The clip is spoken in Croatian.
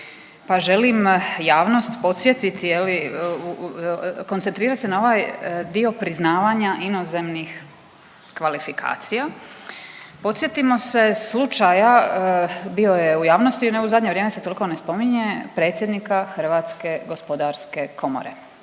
želim javnost podsjetiti je li, koncentrirati se na ovaj dio priznavanja inozemnih kvalifikacija. Podsjetimo se slučaja, bio je u javnosti no u zadnje vrijeme se toliko ne spominje predsjednika Hrvatske gospodarske komore,